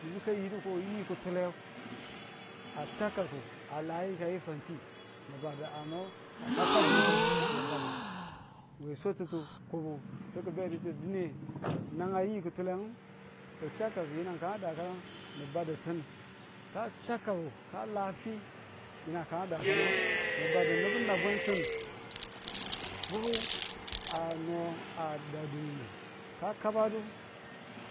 nubu kayidu ko yi kutule a chakaku a la yikayi fanti ni̱bada a no ka kakadi yiko mi badu. we swatutu kobo ki bedu dine nagan yi kutulenu ki̱ chakaku yinang ka dakanang ni badutun ka chakaku ka lafi yinang ka dakanang nubu badu nubu nabwen tin nubu a no a dadum mu ka kabadu